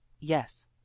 yes